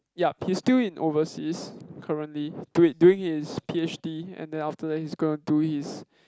yup he still in overseas currently do it doing his p_h_d and then after that he's gonna do his